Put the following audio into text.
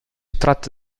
tratta